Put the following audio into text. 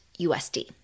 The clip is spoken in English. USD